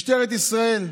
משטרת ישראל,